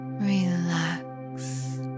relax